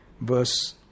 verse